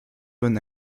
bon